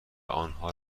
آنها